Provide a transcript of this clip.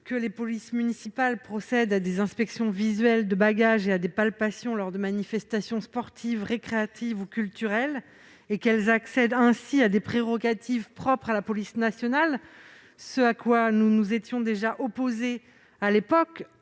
que les polices municipales procèdent à des inspections visuelles de bagages et à des palpations lors de manifestations sportives, récréatives ou culturelles, et qu'elles accèdent ainsi à des prérogatives propres à la police nationale. À l'époque, nous nous étions opposés à cette